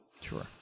Sure